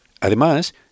Además